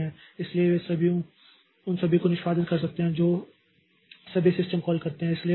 इसलिए वे सभी उन सभी को निष्पादित कर सकते हैं जो सभी सिस्टम कॉल करते हैं